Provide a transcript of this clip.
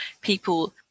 people